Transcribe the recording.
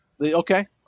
Okay